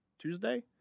Tuesday